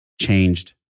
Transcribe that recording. changed